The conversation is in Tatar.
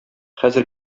хәзер